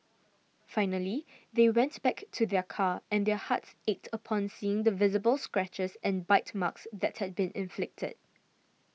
finally they went back to their car and their hearts ached upon seeing the visible scratches and bite marks that had been inflicted